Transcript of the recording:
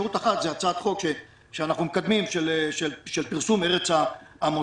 אפשרות אחת היא הצעת חוק שאנחנו מקדמים של פרסום ארץ המוצא,